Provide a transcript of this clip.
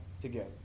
together